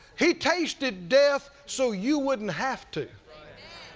he tasted death so you wouldn't have to.